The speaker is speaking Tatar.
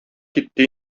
китте